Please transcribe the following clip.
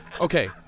Okay